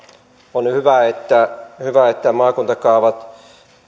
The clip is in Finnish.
on hyvä että hyvä että maakuntakaavojen